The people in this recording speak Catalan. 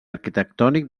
arquitectònic